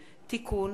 (תיקון,